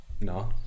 no